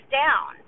down